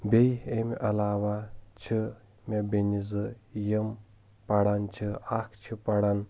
بیٚیہِ أمہِ علاوٕ چھِ مےٚ بیٚنہِ زٕ یِم پران چھِ اکھ چھِ پران